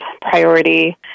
priority